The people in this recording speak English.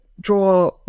draw